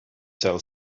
sell